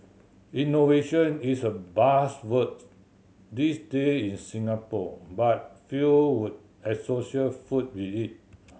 innovation is a buzzword these day in Singapore but few would associate food with it